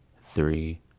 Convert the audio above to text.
three